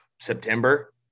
September